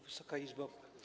Wysoka Izbo!